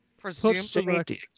Presumably